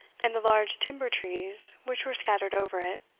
and the large timber-trees which were scattered over it,